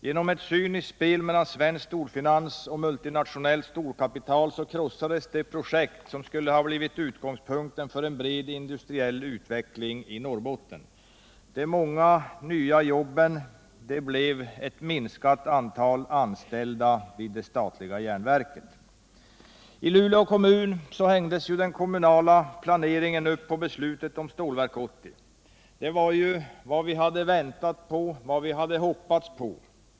Genom ett cyniskt spel mellan svensk storfinans och multinationellt storkapital krossades det projekt som skulle ha blivit utgångspunkten för en bred industriell utveckling i Norrbotten. De många nya jobben blev ett minskat antal anställda vid det statliga järnverket. I Luelå kommun hängdes den kommunala planeringen upp på beslutet om Stålverk 80. Det var ju vad man hade väntat och hoppats på.